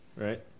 right